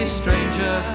stranger